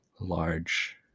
large